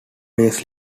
days